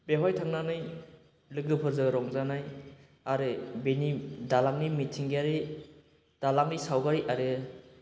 बेवहाय थांनानै लोगोफोरजों रंजानाय आरो बेनि दालांनि मिथिंगायारि दालांनि सावगारि आरो